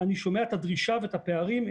אני שומע את הדרישה ואת הפערים.